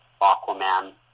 Aquaman